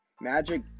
Magic